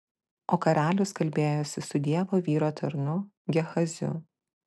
o karalius kalbėjosi su dievo vyro tarnu gehaziu